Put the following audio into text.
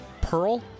pearl